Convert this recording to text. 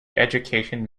education